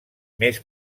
més